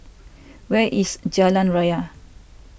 where is Jalan Raya